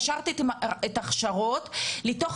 למעשה קשרת את ההכשרות לאפליקציה.